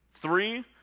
Three